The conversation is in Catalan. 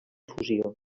fusió